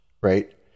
Right